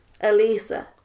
Elisa